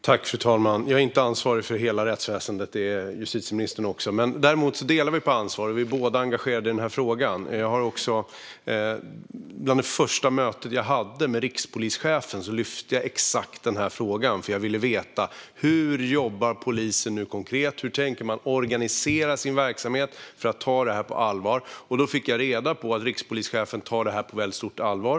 Fru talman! Jag är inte ansvarig för hela rättsväsendet. Justitieministern och jag delar på ansvaret för rättsväsendet. Vi är båda engagerade i denna fråga. I ett av mina första möten med rikspolischefen lyfte jag fram exakt denna fråga, eftersom jag ville veta hur polisen jobbar konkret och hur man tänker organisera sin verksamhet för att ta detta på allvar. Då fick jag reda på att rikspolischefen tar detta på mycket stort allvar.